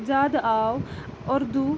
زیادٕ آو اُردوٗ